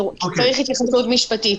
צריך התייחסות משפטית.